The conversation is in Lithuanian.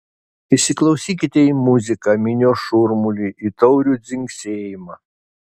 įsiklausykite į muziką minios šurmulį į taurių dzingsėjimą